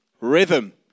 Rhythm